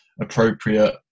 appropriate